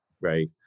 right